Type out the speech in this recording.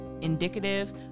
indicative